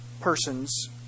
persons